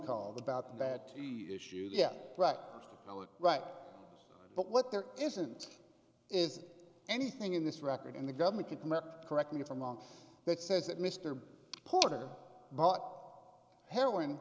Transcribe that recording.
call about that issue yeah practicality right but what there isn't is anything in this record in the government could correct me if i'm wrong that says that mr porter bought heroin